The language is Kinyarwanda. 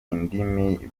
indimi